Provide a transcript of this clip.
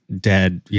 dead